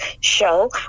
show